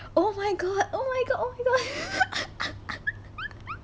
oh my god oh my god oh my god